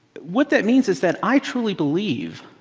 what that means is that i truly believe,